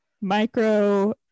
micro